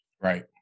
Right